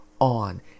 on